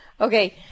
Okay